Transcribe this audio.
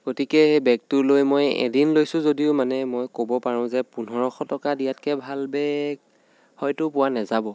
গতিকে সেই বেগটো লৈ মই এদিন লৈছোঁ যদিও মানে মই ক'ব পাৰোঁ যে পোন্ধৰশ টকাত ইয়াতকৈ ভাল বেগ হয়তো পোৱা নাযাব